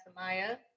Samaya